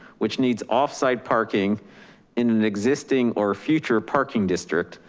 which needs offsite parking in an existing or future parking district,